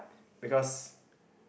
because